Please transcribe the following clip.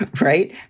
right